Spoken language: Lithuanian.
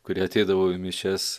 kurie ateidavo į mišias